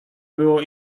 było